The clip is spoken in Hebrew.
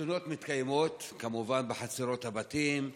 החתונות מתקיימות, כמובן, בחצרות הבתים,